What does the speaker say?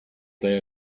they